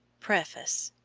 preface.